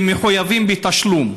הם מחויבים בתשלום.